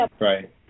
Right